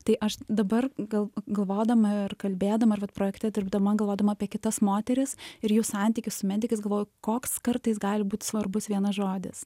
tai aš dabar gal galvodama ir kalbėdama ir vat projekte dirbdama galvodama apie kitas moteris ir jų santykius su medikais galvoju koks kartais gali būt svarbus vienas žodis